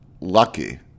lucky